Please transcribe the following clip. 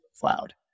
cloud